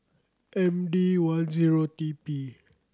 M D one zero T P